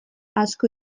asko